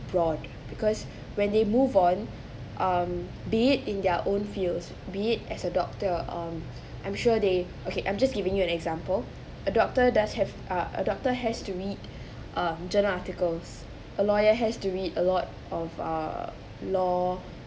broad because when they move on um be it in their own fields be it as a doctor um I'm sure they okay I'm just giving you an example a doctor does have ah a doctor has to read um journal articles a lawyer has to read a lot of err law